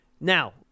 Now